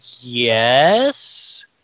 Yes